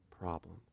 problem